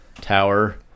Tower